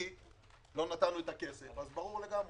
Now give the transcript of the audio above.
כי לא נתנו את הכסף - ברור לגמרי.